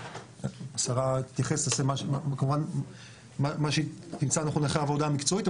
והשרה תעשה כמובן מה שהיא תמצא לנכון לאחר העבודה המקצועית,